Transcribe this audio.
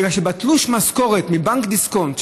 כי בתלוש המשכורת מבנק דיסקונט,